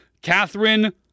Catherine